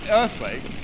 earthquake